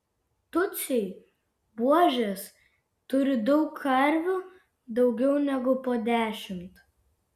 tutsiai buožės turi daug karvių daugiau negu po dešimt